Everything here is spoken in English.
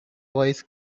wise